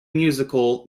musical